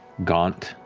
gaunt,